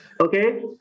Okay